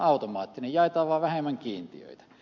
jaetaan vaan vähemmän kiintiöitä